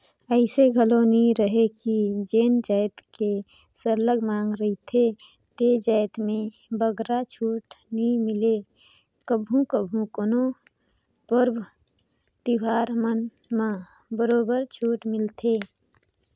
अइसे घलो नी रहें कि जेन जाएत के सरलग मांग रहथे ते जाएत में बगरा छूट नी मिले कभू कभू कोनो परब तिहार मन म बरोबर छूट मिलथे